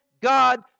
God